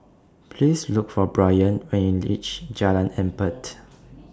Please Look For Brayan when YOU REACH Jalan Empat